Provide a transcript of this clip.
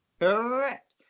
Correct